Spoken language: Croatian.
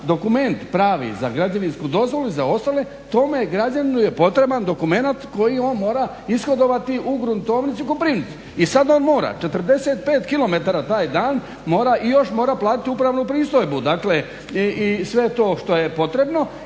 dokument pravi, za građevinsku dozvolu, za ostale tome građaninu je potreban dokumenat koji on mora ishodovati u gruntovnici u Koprivnici. I sad on mora 45 km taj dan i još mora platiti upravnu pristojbu i sve to što je potrebno